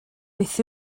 beth